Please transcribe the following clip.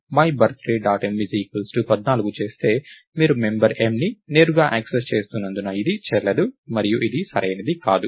m 14 చేస్తే మీరు member mని నేరుగా యాక్సెస్ చేస్తున్నందున ఇది చెల్లదు మరియు ఇది సరైనది కాదు